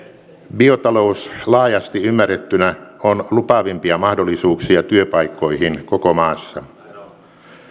biotalous laajasti ymmärrettynä on lupaavimpia mahdollisuuksia työpaikkoihin koko maassa